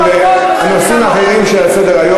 לפי הניסיון שלך,